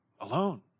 Alone